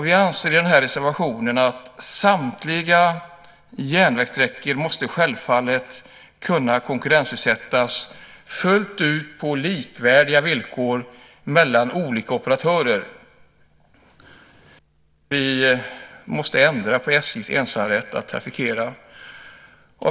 Vi anser i reservationen att samtliga järnvägssträckor måste kunna konkurrensutsättas fullt ut på likvärdiga villkor mellan olika operatörer. Vi måste ändra på SJ:s ensamrätt att trafikera.